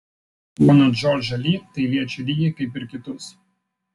poną džordžą li tai liečia lygiai kaip ir kitus